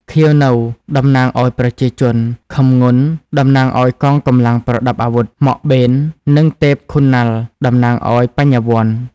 ខៀវ នៅ តំណាងឱ្យប្រជាជន ខឹម ងុន តំណាងឱ្យកងកម្លាំងប្រដាប់អាវុធ ម៉ក់ បេន និង ទេព ឃុនណាល់ តំណាងឱ្យ បញ្ញវន្ត។